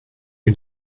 you